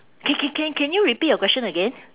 c~ c~ can can you repeat your question again